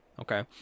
okay